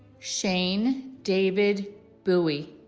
shane david bowie